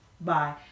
Bye